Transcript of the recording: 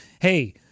hey